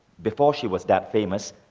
before she was that famous,